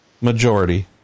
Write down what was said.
majority